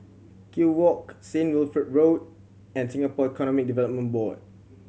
Kew Walk Saint Wilfred Road and Singapore Economic Development Board